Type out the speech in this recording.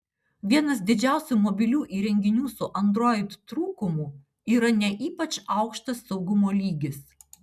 vienas didžiausių mobilių įrenginių su android trūkumų yra ne ypač aukštas saugumo lygis